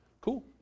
Cool